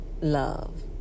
love